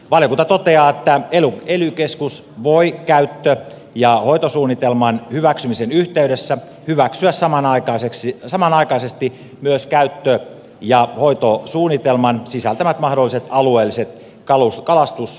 valiokunta toteaa että ely keskus voi käyttö ja hoitosuunnitelman hyväksymisen yhteydessä hyväksyä samanaikaisesti myös käyttö ja hoitosuunnitelman sisältämät mahdolliset alueelliset kalastusrajoitukset